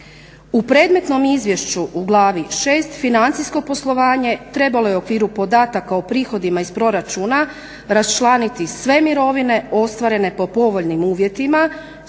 U predmetnom izvješću u glavi 6. financijsko poslovanje trebalo je u okviru podatak o prihodima iz proračuna raščlaniti sve mirovine ostvarene po povoljnim uvjetima